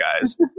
guys